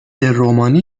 رومانی